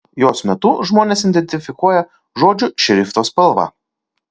jos metu žmonės identifikuoja žodžių šrifto spalvą